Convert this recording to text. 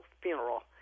funeral